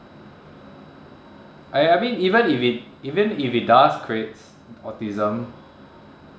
I I mean even if it even if it does creates autism